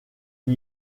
qui